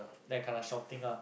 then I kena shouting ah